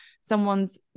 someone's